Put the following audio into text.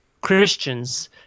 Christians